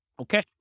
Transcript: Okay